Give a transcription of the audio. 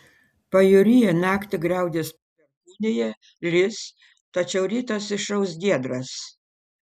pajūryje naktį griaudės perkūnija lis tačiau rytas išauš giedras